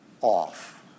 off